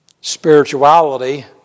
spirituality